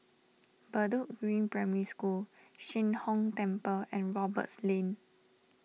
Bedok Green Primary School Sheng Hong Temple and Roberts Lane